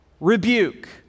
rebuke